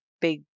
big